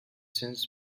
since